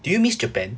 do you miss japan